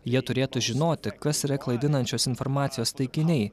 jie turėtų žinoti kas yra klaidinančios informacijos taikiniai